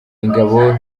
ingabo